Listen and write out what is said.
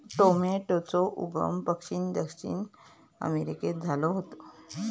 टॉमेटोचो उगम पश्चिम दक्षिण अमेरिकेत झालो होतो